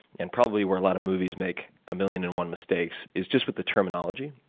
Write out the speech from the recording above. and probably where a lot of movies make a million and one mistakes is just with the terminology.